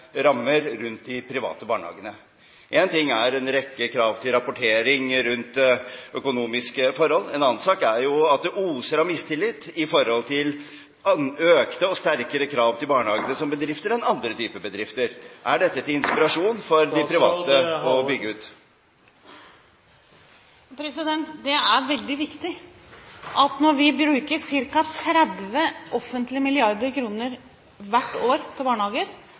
rammer rundt de private barnehagene. Én ting er en rekke krav til rapportering rundt økonomiske forhold, en annen sak er at det oser av mistillit i forhold til at det stilles økte og sterkere krav til barnehager som bedrifter enn til andre typer bedrifter. Er dette til inspirasjon for de private til å bygge ut? Når vi bruker ca. 30 offentlige milliarder kroner hvert år til barnehager